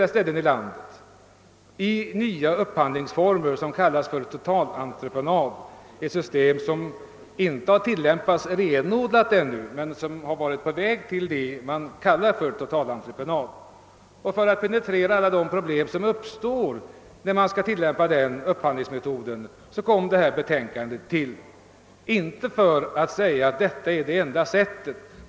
Det gällde bl.a. nya upphandlingsformer som kallas totalentreprenad, ett system som ännu inte tillämpats renodlat. För att penetrera alla de problem som uppstår vid tillämpning av nya upphandlingsmetoder tillkom detta betänkande, inte för att framhålla att detta vore det enda sättet.